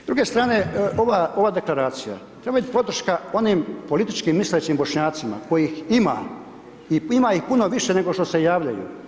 S druge strane, ova deklaracija treba biti podrška onim političkim … Bošnjacima, kojih ima, i ima ih puno više nego što se javljaju.